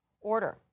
order